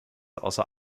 außer